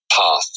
path